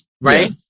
right